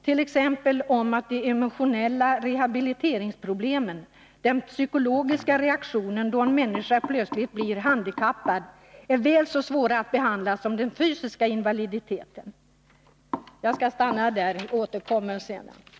T. ex. att de emotionella rehabiliteringsproblemen — den psykologiska reaktionen då en människa plötsligt blir handikappad — är väl så svåra att behandla som den fysiska invaliditeten.” Jag stannar vid detta men återkommer i ett senare anförande.